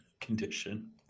condition